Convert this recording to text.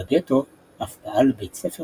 בגטו אף פעל בית ספר